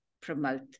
promote